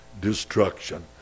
destruction